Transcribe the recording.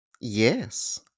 Yes